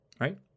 Right